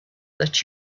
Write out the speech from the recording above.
that